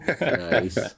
Nice